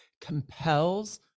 compels